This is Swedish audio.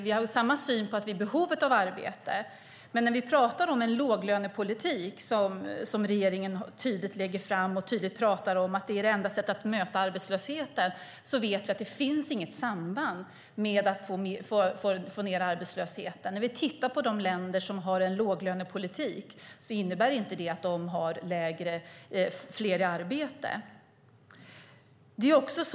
Vi har samma syn på behovet av arbete, men när vi pratar om en låglönepolitik, som regeringen tydligt lägger fram och tydligt säger är det enda sättet att möta arbetslösheten, vet vi att det inte finns något samband med att få ned arbetslösheten. När vi tittar på de länder som har en låglönepolitik ser vi att de inte har fler i arbete.